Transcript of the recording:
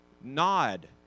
Nod